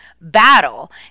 battle